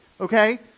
Okay